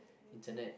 internet